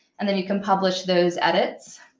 and then you can publish those edits.